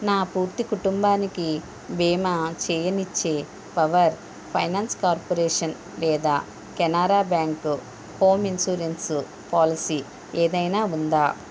నా పూర్తి కుటుంబానికి బీమా చేయనిచ్చే పవర్ ఫైనాన్స్ కార్పొరేషన్ లేదా Canara Bank home insurance policy ఏదైనా ఉందా